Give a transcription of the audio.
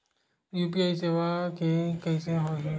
UPI सेवा के कइसे होही?